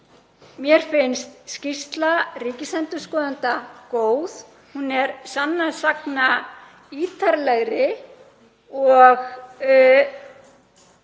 mér finnst skýrsla ríkisendurskoðanda góð. Hún er sannast sagna ítarlegri og